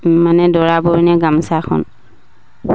মানে দৰাবৰণীয়া গামচাখন